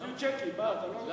הביאו צ'קים, מה, אתה לא רוצה?